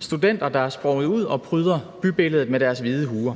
studenter, der er sprunget ud og pryder bybilledet med deres hvide huer.